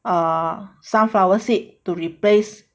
err sunflower seed to replace